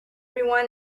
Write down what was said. rewind